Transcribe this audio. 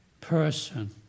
person